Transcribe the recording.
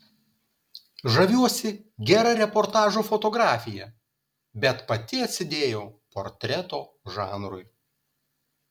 žaviuosi gera reportažo fotografija bet pati atsidėjau portreto žanrui